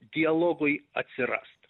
dialogui atsirast